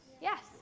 Yes